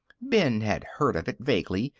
ben had heard of it, vaguely,